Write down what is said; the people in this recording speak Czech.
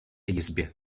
jizbě